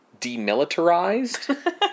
demilitarized